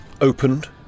Opened